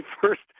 first